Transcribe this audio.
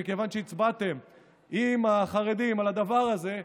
מכיוון שהצבעתם עם החרדים על הדבר הזה,